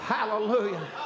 Hallelujah